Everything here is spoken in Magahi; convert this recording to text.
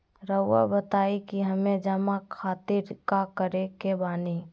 रहुआ बताइं कि हमें जमा खातिर का करे के बानी?